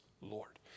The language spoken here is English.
Lord